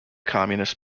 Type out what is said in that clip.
communist